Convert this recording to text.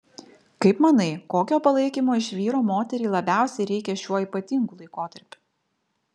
kaip manai kokio palaikymo iš vyro moteriai labiausiai reikia šiuo ypatingu laikotarpiu